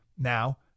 now